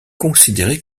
considéré